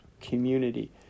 community